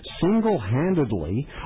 single-handedly